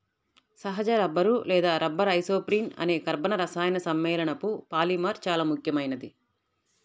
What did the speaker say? సహజ రబ్బరు లేదా rubber isoprene అనే కర్బన రసాయన సమ్మేళనపు పాలిమర్ చాలా ముఖ్యమైనది